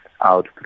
out